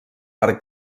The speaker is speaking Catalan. per